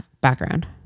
background